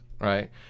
right